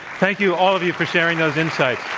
thank you, all of you, for sharing those insights.